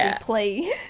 play